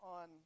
on